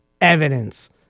evidence